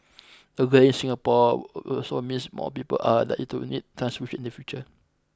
the greying Singapore also means more people are likely to need transfusions in the future